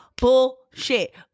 bullshit